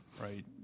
right